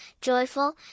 joyful